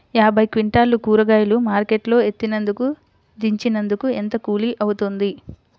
యాభై క్వింటాలు కూరగాయలు మార్కెట్ లో ఎత్తినందుకు, దించినందుకు ఏంత కూలి అవుతుంది?